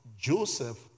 Joseph